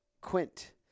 quint